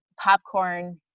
popcorn